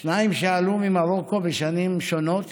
שניים שעלו ממרוקו בשנים שונות